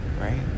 right